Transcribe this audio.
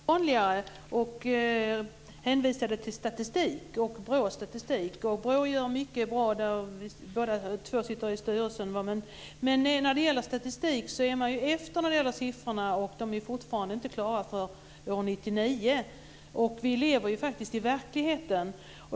Herr talman! Kia Andreasson nämnde att grövre brott blir allt vanligare och hänvisade till BRÅ:s statistik. BRÅ gör mycket bra saker, vi båda två sitter i styrelsen. Men i statistiken ligger man efter när det gäller siffrorna, och de är fortfarande inte klara för 1999. Vi lever faktiskt i verkligheten.